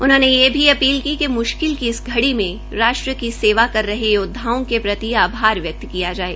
उन्होंने यह भी अपील की कि म्शकिल की इस घड़ी में राष्ट्र की सेवा कर रहे योदवाओं के प्रति आभार व्यक्त किया जाये